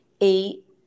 eight